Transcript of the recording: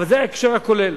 אבל זה ההקשר הכולל,